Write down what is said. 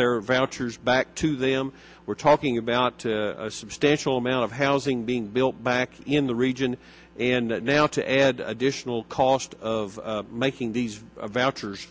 their voters back to them we're talking about a substantial amount of housing being built back in the region and now to add additional cost of making these vouchers